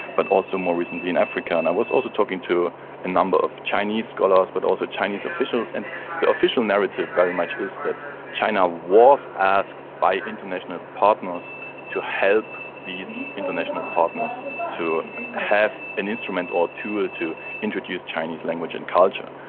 but also more recently in africa. and i was also talking to a number of chinese scholars but also chinese officials, and the official narrative very much is that china was asked by international partners to help these international partners to have an instrument or tool to introduce chinese language and culture.